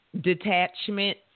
detachment